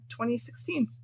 2016